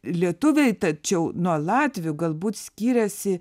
lietuviai tačiau nuo latvių galbūt skiriasi